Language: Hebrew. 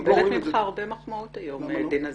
היא מקבלת ממך הרבה מחמאות היום, דינה זילבר.